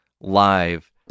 live